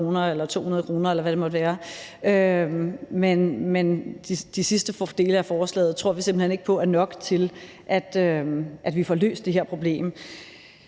de sidste dele af forslaget tror vi simpelt hen ikke er nok til, at vi får løst det her problem.